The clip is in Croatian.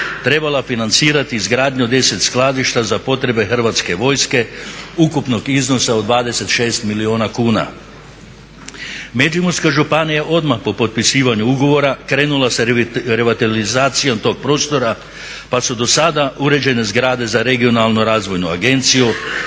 trebala financirati izgradnju 10 skladišta za potrebe hrvatske vojske ukupnog iznosa od 26 milijuna kuna. Međimurska županija je odmah po potpisivanju ugovora krenula sa revitalizacijom tog prostora pa su do sada ugrađene zgrade za Regionalnu razvoju agenciju,